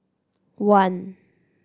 one